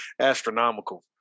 Astronomical